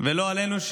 ולא עלינו,